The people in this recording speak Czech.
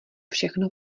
všechno